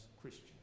Christian